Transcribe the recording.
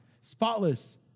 spotless